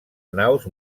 naus